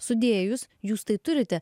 sudėjus jūs tai turite